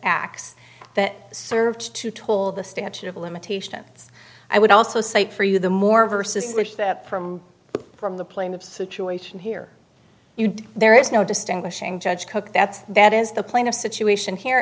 acts that served to told the statute of limitations i would also cite for you the more verses which that from from the plane of situation here there is no distinguishing judge cook that's that is the plaintiff situation here